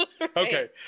Okay